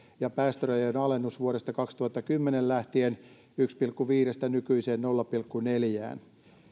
ja päästörajojen alennus vuodesta kaksituhattakymmenen lähtien yhdestä pilkku viidestä nykyiseen nolla pilkku neljään